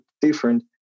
different